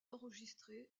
enregistrés